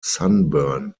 sunburn